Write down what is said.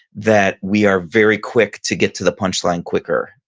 that we are very quick to get to the punchline quicker.